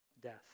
death